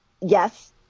yes